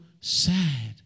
sad